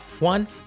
One